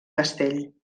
castell